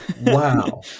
Wow